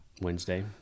Wednesday